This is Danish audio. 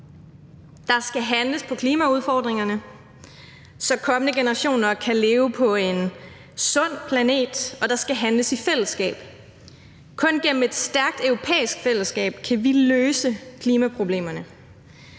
Der skal handles på klimaudfordringerne, så kommende generationer kan leve på en sund planet, og der skal handles i fællesskab. Kun gennem et stærkt europæisk fællesskab kan vi løse klimaproblemerne.